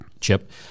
chip